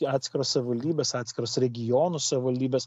atskiros savivaldybės atskiros regionų savivaldybės